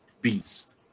beats